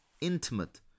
intimate